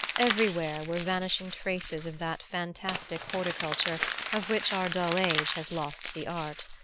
everywhere were vanishing traces of that fantastic horticulture of which our dull age has lost the art.